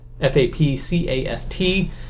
F-A-P-C-A-S-T